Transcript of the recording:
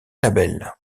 label